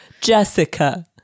Jessica